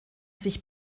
sich